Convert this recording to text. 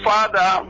Father